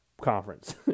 conference